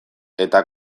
eta